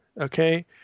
okay